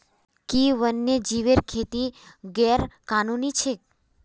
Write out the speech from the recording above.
कि वन्यजीवेर खेती गैर कानूनी छेक?